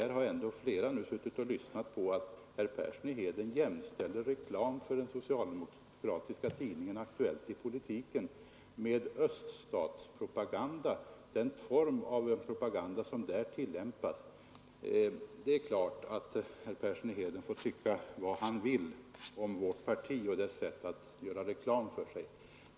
Här har nu ändå flera ledamöter hört att herr Persson i Heden jämställer reklam för den socialdemokratiska tidningen Aktuellt i politiken med den form av propaganda som tillämpas i öststaterna. Det är klart att herr Persson i Heden får tycka vad han vill om vårt parti och dess sätt att göra reklam för sig.